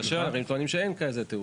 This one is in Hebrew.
ראשי הערים טוענים שאין כזה תיאום.